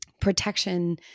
protection